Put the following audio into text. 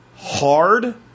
Hard